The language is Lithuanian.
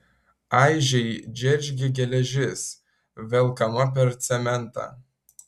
aižiai džeržgė geležis velkama per cementą